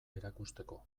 erakusteko